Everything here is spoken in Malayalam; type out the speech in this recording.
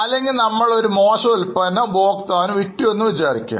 അല്ലെങ്കിൽ നമ്മൾ ഒരു മോശം ഉൽപ്പന്നം ഉപഭോക്താവിന് വിറ്റു എന്ന് വിചാരിക്കുക